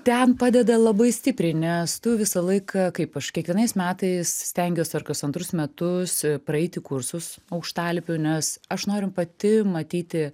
ten padeda labai stipriai nes tu visą laiką kaip aš kiekvienais metais stengiuos ar kas antrus metus praeiti kursus aukštalipių nes aš noriu pati matyti